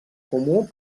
comú